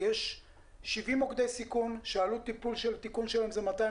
למשל: יש 70 מוקדי סיכון שעלות תיקון שלהם היא 220